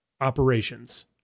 operations